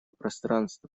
пространства